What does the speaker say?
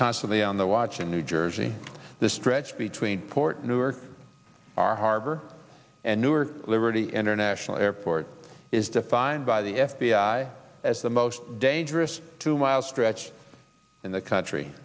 constantly on the watch in new jersey the stretch between port newark our harbor and newark liberty international airport is defined by the f b i as the most dangerous two mile stretch in the country